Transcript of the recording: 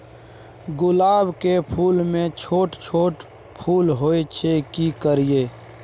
गुलाब के फूल में छोट छोट फूल होय छै की करियै?